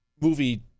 movie